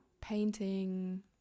painting